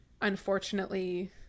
unfortunately